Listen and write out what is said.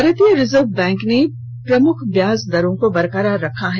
भारतीय reserve bank ने प्रमुख ब्याज दरों को बरकरार रखा है